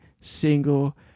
single